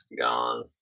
gone